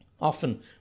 Often